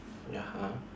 y~ (uh huh)